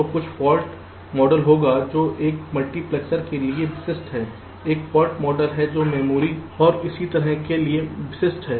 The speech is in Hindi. तो कुछ फाल्ट मॉडल होगा जो एक मल्टीप्लेक्सर के लिए विशिष्ट है एक फाल्ट मॉडल है जो मेमोरी और इसी तरह के लिए विशिष्ट है